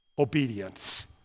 obedience